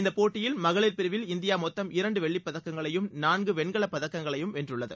இந்த போட்டியில் மகளிர் பிரிவில் இந்தியா மொத்தம் இரண்டு வெள்ளிப் பதக்கங்களையும் நான்கு வெண்கலப் பதக்கங்களையும் வென்றுள்ளது